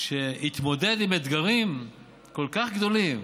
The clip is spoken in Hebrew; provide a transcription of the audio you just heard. שהתמודד עם אתגרים כל כך גדולים